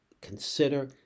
consider